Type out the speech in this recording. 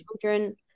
children